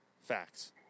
Facts